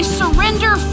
surrender